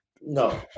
no